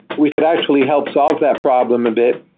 we could actually help solve that problem a bit.